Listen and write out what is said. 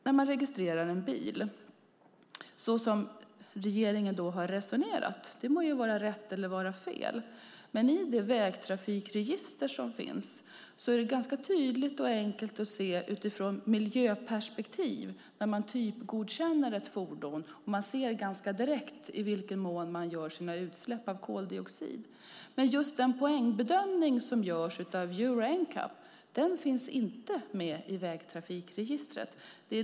När man registrerar en bil, såsom regeringen - rätt eller fel - har resonerat, framgår miljöperspektivet i det vägtrafikregister som finns. När man typgodkänner ett fordon ser man ganska direkt var utsläppen av koldioxid finns. Den poängbedömning som görs av Euro NCAP finns inte med i vägtrafikregistret.